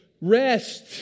rest